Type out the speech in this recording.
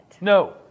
No